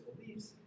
beliefs